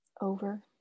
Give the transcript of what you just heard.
over